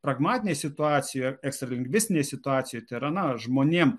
pragmatinėj situacijoj ekstralingvistinėj situacijo tai yra na žmonėm